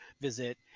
visit